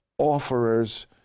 offerers